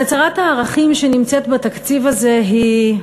אז הצהרת הערכים שנמצאת בתקציב הזה היא: